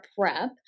prep